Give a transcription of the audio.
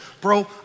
bro